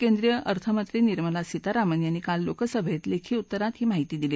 केंद्रीय अर्थमंत्री निर्मला सीतारामन यांनी काल लोकसभेत लेखी उत्तरात ही माहिती दिली